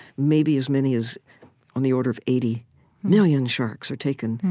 maybe as many as on the order of eighty million sharks are taken,